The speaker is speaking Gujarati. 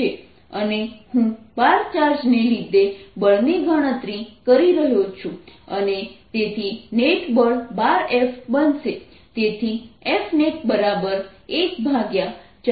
અને હું 12 ચાર્જને લીધેના બળની ગણતરી કરી રહ્યો છું અને તેથી નેટ બળ 12F બનશે